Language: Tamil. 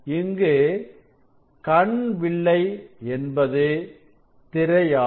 இங்கு கண் வில்லை என்பது திரையாகும்